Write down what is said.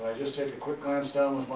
just take a quick glance down